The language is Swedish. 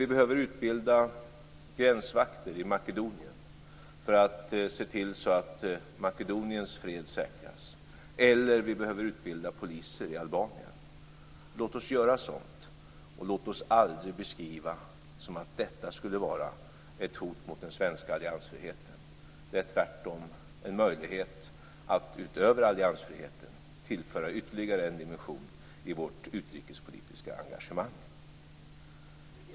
Vi behöver utbilda gränsvakter i Makedonien för att se till att Makedoniens fred säkras, och vi behöver utbilda poliser i Albanien. Låt oss göra sådant, och låt oss aldrig beskriva det som att detta skulle vara ett hot mot den svenska alliansfriheten. Det är tvärtom en möjlighet att utöver alliansfriheten tillföra ytterligare en dimension i vårt utrikespolitiska engagemang.